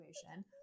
situation